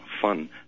fun